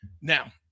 Now